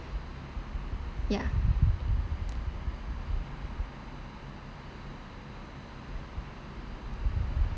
ya